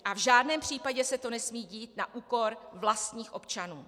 V žádném případě se to nesmí dít na úkor vlastních občanů.